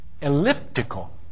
elliptical